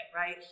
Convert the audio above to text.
right